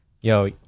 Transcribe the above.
Yo